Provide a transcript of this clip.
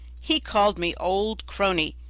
he called me old crony,